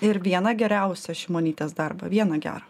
ir vieną geriausią šimonytės darbą vieną gerą